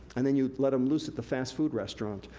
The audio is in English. and then you let him loose at the fast food restaurant,